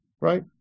right